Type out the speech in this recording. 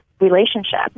relationship